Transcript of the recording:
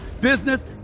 business